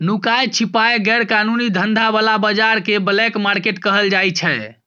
नुकाए छिपाए गैर कानूनी धंधा बला बजार केँ ब्लैक मार्केट कहल जाइ छै